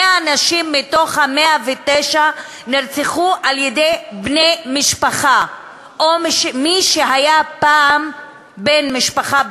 100 נשים מ-109 נרצחו על-ידי בני-משפחה או מי שהיה פעם בן-משפחה,